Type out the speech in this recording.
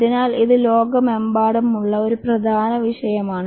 അതിനാൽ ഇത് ലോകമെമ്പാടുമുള്ള ഒരു പ്രധാന വിഷയമാണ്